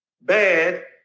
Bad